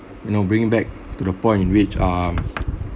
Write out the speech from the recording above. you know bringing back to the point in which um